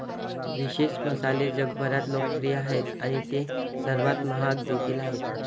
विशेष मसाले जगभरात लोकप्रिय आहेत आणि ते सर्वात महाग देखील आहेत